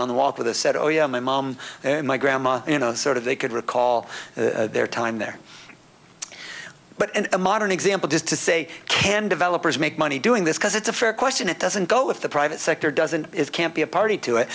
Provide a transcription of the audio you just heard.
on the walk with us said oh you know my mom and my grandma you know sort of they could recall their time there but and a modern example just to say can developers make money doing this because it's a fair question it doesn't go if the private sector doesn't it can't be a party to it